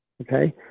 okay